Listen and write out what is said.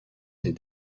des